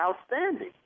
Outstanding